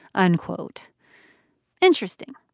unquote interesting,